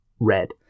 red